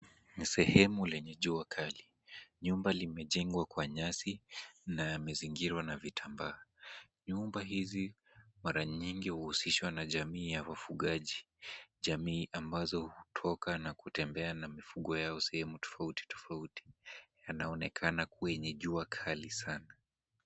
Ni sehemu lenye jua kali. Nyumba limejengwa kwa nyasi na yamezingirwa na vitambaa. Nyumba hizi mara nyingi huhusishwa na jamii ya wafugaji, jamii ambazo hutoka na kutembea na mifugo yao sehemu tofauti tofauti. Yanaonekana kuwa yenye jua kali sana.